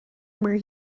where